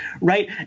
right